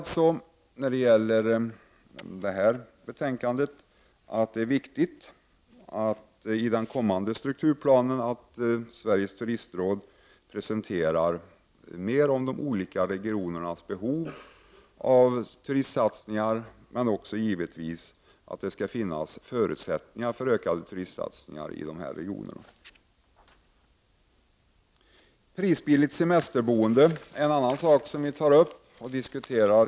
Vi säger när det gäller detta betänkande att det är viktigt att Sveriges turistråd i den kommande strukturplanen presenterar mer uppgifter om de olika regionernas behov av turistsatsningar, men det är givetvis också viktigt att det finns förutsättningar för ökade turistsatsningar i dessa regioner. Prisbilligt semesterboende är något annat som vi har tagit upp i en motion.